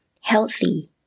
Healthy